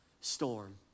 storm